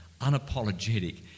unapologetic